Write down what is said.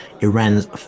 Iran's